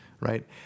right